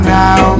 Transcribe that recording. now